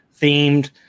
themed